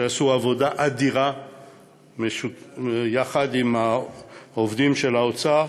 שעשו עבודה אדירה יחד עם העובדים של האוצר,